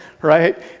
right